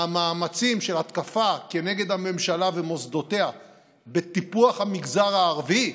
מהמאמצים של ההתקפה נגד הממשלה ומוסדותיה בטיפוח המגזר הערבי,